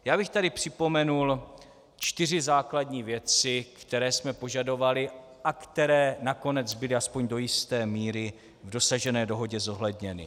Já bych tady připomenul čtyři základní věci, které jsme požadovali a které nakonec byly, aspoň do jisté míry, v dosažené dohodě zohledněny.